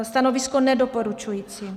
Stanovisko: nedoporučující.